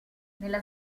nella